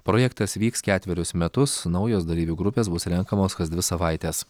projektas vyks ketverius metus naujos dalyvių grupės bus renkamos kas dvi savaites